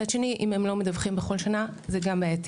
מצד שני, אם הם לא מדווחים כל שנה, זה גם בעייתי.